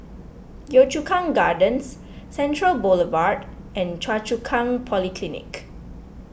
Yio Chu Kang Gardens Central Boulevard and Choa Chu Kang Polyclinic